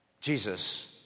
Jesus